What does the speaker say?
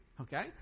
Okay